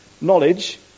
knowledge